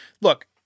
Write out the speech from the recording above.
Look